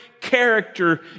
character